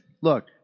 look